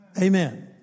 Amen